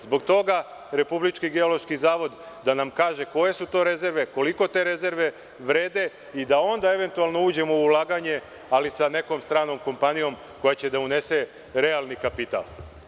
Zbog toga treba Republički geološki zavod da nam kaže koje su to rezerve, koliko te rezerve vrede i da onda eventualno uđemo u ulaganje, ali sa nekom stranom kompanijom koja će da unese realni kapital.